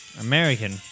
American